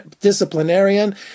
disciplinarian